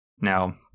Now